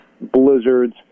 blizzards